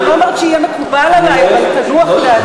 אני לא אומרת שיהיה מקובל עלי אבל שתנוח דעתי.